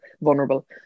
vulnerable